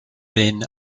then